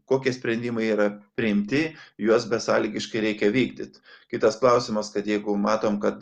kokie sprendimai yra priimti juos besąlygiškai reikia vykdyt kitas klausimas kad jeigu matom kad